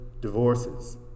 divorces